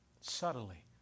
subtly